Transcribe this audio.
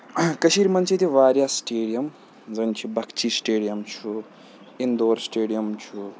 کٔشیٖرِ منٛز چھِ ییٚتہِ واریاہ سِٹیڈیَم زَن چھِ بَخشی سِٹیڈیَم چھُ اِندور سِٹیڈیَم چھُ